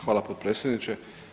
Hvala potpredsjedniče.